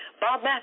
Bob